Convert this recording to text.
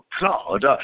God